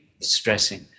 Stressing